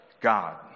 God